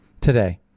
today